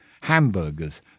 hamburgers